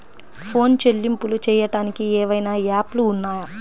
Phone చెల్లింపులు చెయ్యటానికి ఏవైనా యాప్లు ఉన్నాయా?